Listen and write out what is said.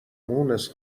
مونس